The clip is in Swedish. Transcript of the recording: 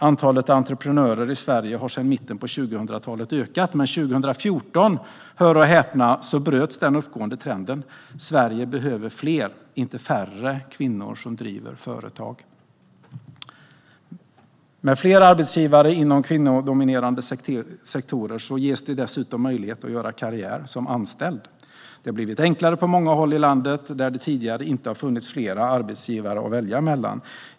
Antalet entreprenörer i Sverige har sedan mitten på 2000-talet ökat, men 2014, hör och häpna, bröts den uppåtgående trenden. Sverige behöver fler, inte färre, kvinnor som driver företag. Med fler arbetsgivare inom kvinnodominerade sektorer ges dessutom möjlighet att göra karriär som anställd. Det har blivit enklare på många håll i landet där det tidigare inte har funnits flera arbetsgivare att välja mellan.